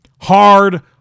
Hard